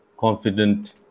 confident